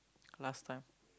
last time